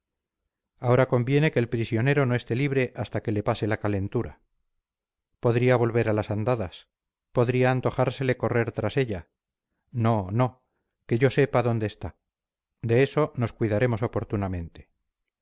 ahora conviene que el prisionero no esté libre hasta que le pase la calentura podría volver a las andadas podría antojársele correr tras ella no no que no sepa dónde está de eso nos cuidaremos oportunamente